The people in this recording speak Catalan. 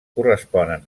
corresponen